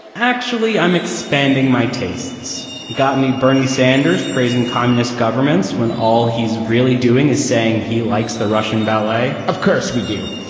actually, i'm expanding my tastes. got any bernie sanders praising communist governments when all he's really doing is saying he likes the russian ballet of course we do.